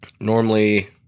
Normally